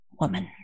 woman